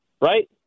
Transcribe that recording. right